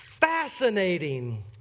fascinating